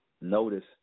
notice